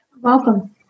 welcome